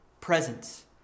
Presence